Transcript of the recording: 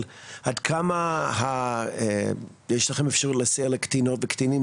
עד כמה יש לכם אפשרות לסייע לקטינות וקטינים,